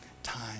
time